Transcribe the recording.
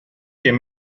can